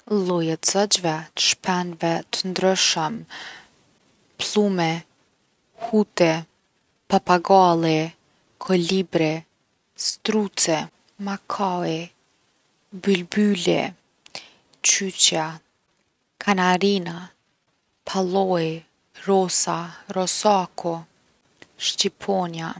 Lloje t’zogjve, t’shpendve t’ndryshëm, pllumi, huti, papagalli, kolibri, struci, makaui, bylbyli, qyqja, kanarina, palloi, rosa, rosaku, shqiponja.